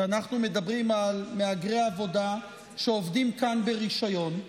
כי אנחנו מדברים על מהגרי העבודה שעובדים כאן ברישיון,